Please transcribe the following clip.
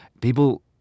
people